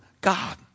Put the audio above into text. God